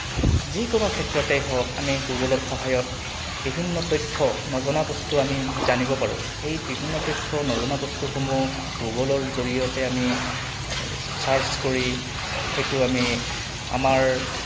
যিকোনো ক্ষেত্ৰতে হওক আমি গুগলৰ সহায়ত বিভিন্ন তথ্য নজনা বস্তু আমি জানিব পাৰোঁ সেই বিভিন্ন তথ্য নজনা বস্তুসমূহ গুগলৰ জৰিয়তে আমি ছাৰ্চ কৰি সেইটো আমি আমাৰ